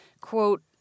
Quote